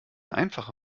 einfache